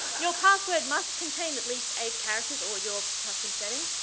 your password must contain at least eight characters, or your custom setting.